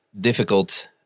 difficult